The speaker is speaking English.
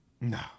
No